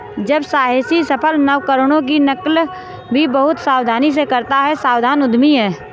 जब साहसी सफल नवकरणों की नकल भी बहुत सावधानी से करता है सावधान उद्यमी है